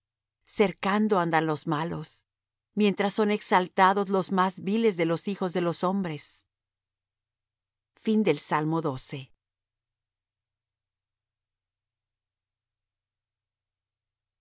cercando andan los malos mientras son exaltados los más viles de los hijos de los hombres al músico principal salmo